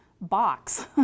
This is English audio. box